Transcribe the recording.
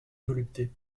volupté